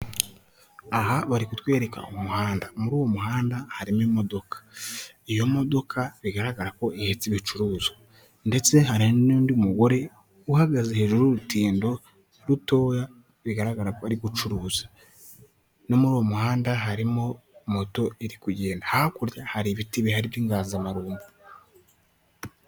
Aha bari kutwereka umuhanda muri uwo muhanda harimo imodoka. Iyo modoka bigaragara ko ifitehita ibicuruzwa ndetse hari n'undi mugore uhagaze hejuru y'urutindo rutoya bigaragara ko ari gucuruza no muri uwo muhanda harimo moto iri kugenda hakurya hari ibiti biharirika by'inganzamarumbo.